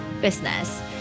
business